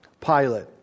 Pilate